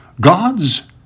God's